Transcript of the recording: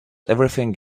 everything